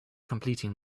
completing